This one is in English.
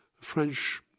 French